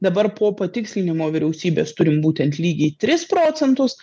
dabar po patikslinimo vyriausybės turim būtent lygiai tris procentus